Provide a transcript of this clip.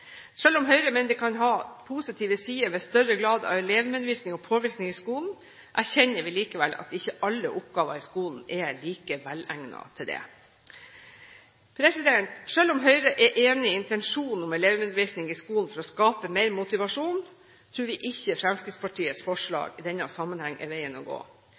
om Høyre mener det kan ha positive sider med større grad av elevmedvirkning og -påvirkning i skolen, erkjenner vi likevel at ikke alle oppgaver i skolen er like velegnet til det. Selv om Høyre er enig i intensjonen om elevmedvirkning i skolen for å skape mer motivasjon, tror vi ikke Fremskrittspartiets forslag i denne sammenheng er veien å gå.